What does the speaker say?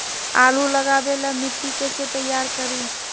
आलु लगावे ला मिट्टी कैसे तैयार करी?